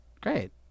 Great